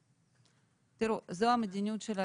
תראו, זו המדיניות שלנו.